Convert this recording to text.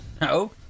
no